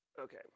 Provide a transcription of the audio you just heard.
Okay